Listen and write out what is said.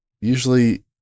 usually